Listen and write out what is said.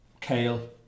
kale